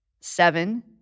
Seven